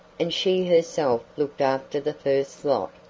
and she herself looked after the first lot.